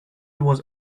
was